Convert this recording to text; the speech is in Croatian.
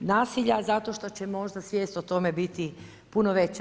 nasilja zato što će možda svijest o tome biti puno veća.